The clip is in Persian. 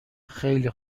خیلی